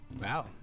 Wow